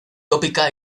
tópica